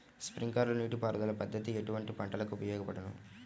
Sprinkler నీటిపారుదల పద్దతి ఎటువంటి పంటలకు ఉపయోగపడును?